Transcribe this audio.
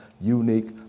unique